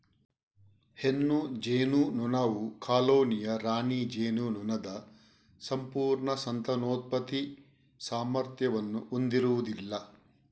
ಹೆಣ್ಣು ಜೇನುನೊಣವು ಕಾಲೋನಿಯ ರಾಣಿ ಜೇನುನೊಣದ ಸಂಪೂರ್ಣ ಸಂತಾನೋತ್ಪತ್ತಿ ಸಾಮರ್ಥ್ಯವನ್ನು ಹೊಂದಿರುವುದಿಲ್ಲ